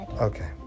okay